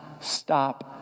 stop